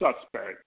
suspect